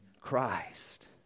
Christ